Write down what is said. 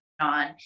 on